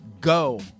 go